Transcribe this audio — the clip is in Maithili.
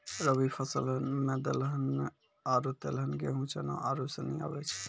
रवि फसल मे दलहन आरु तेलहन गेहूँ, चना आरू सनी आबै छै